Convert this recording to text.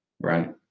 right